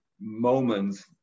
moments